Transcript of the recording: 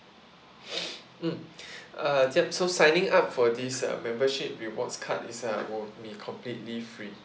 mm uh yup so signing up for this uh membership rewards card is uh will be completely free